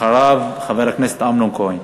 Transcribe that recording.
אחריו, חבר הכנסת אמנון כהן.